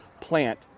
plant